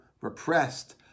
repressed